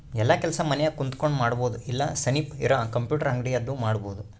ಯೆಲ್ಲ ಕೆಲಸ ಮನ್ಯಾಗ ಕುಂತಕೊಂಡ್ ಮಾಡಬೊದು ಇಲ್ಲ ಸನಿಪ್ ಇರ ಕಂಪ್ಯೂಟರ್ ಅಂಗಡಿ ಅಲ್ಲು ಮಾಡ್ಬೋದು